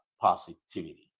positivity